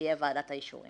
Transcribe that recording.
שתהיה ועדת אישורים.